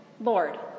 Lord